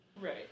Right